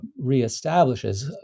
reestablishes